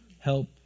Help